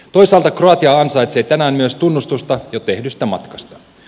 toisaalta kroatia ansaitsee tänään myös tunnustusta jo tehdystä matkasta